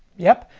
yep,